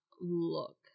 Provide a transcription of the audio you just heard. look